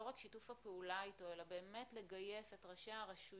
לא רק שיתוף הפעולה אתו אלא באמת לגייס את ראשי הרשויות